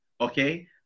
Okay